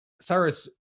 Cyrus